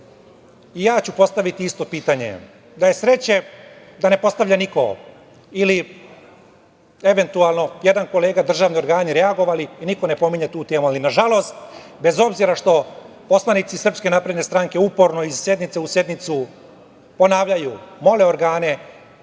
i ja ću postaviti isto pitanje, da je sreće da ne postavlja niko ili eventualno jedan kolega, državni organi reagovali i niko ne pominje tu temu, ali nažalost, bez obzira što poslanici SNS uporno iz sednice u sednicu ponavljaju, mole organe